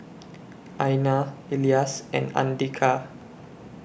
Aina Elyas and Andika